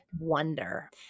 wonder